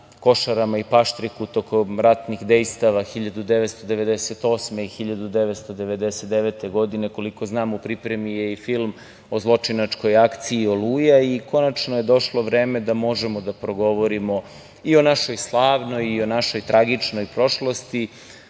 Košarama i Paštriku tokom ratnih dejstava 1998. i 1999. godine. Koliko znam, u pripremi je i film o zločinačkoj akciji Oluja i konačno je došlo vreme da možemo da progovorimo i o našoj slavnoj i o našoj tragičnoj prošlosti.Za